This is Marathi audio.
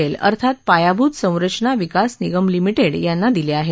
एल अर्थात पायाभूत संरचना विकास निगम लिमिटेड यांना दिले आहेत